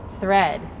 thread